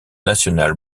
national